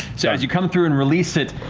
so as you come through and release it,